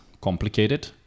complicated